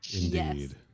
Indeed